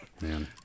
Man